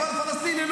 אבל פלסטיני,